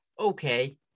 okay